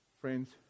Friends